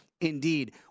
indeed